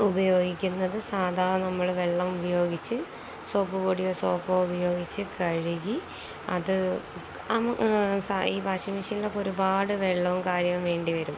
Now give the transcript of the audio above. ഉപയോഗിക്കുന്നത് സാധാരണ നമ്മള് വെള്ളം ഉപയോഗിച്ച് സോപ്പ് പൊടിയോ സോപ്പോ ഉപയോഗിച്ച് കഴുകി അത് അ ഈ വാഷിംഗ് മെഷീനിലൊക്കെ ഒരുപാടു വെള്ളവും കാര്യവും വേണ്ടിവരും